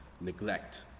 neglect